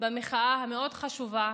במחאה המאוד-חשובה